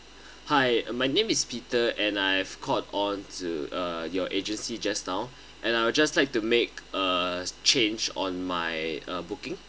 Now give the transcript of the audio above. hi my name is peter and I have called on to uh your agency just now and I would just like to make a change on my uh booking